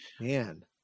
man